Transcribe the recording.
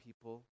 people